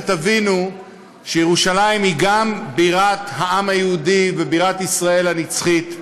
ותבינו שירושלים היא גם בירת העם היהודי ובירת ישראל הנצחית,